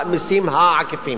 למסים העקיפים.